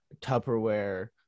tupperware